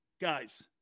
Guys